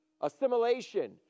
assimilation